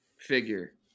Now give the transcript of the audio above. figure